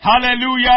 Hallelujah